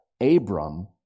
Abram